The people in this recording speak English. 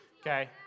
okay